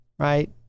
right